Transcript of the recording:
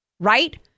Right